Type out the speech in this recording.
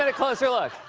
and closer look.